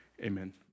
amen